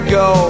go